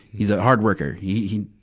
he's a hard worker. he,